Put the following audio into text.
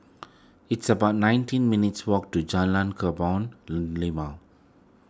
it's about nineteen minutes' walk to Jalan Kebun Limau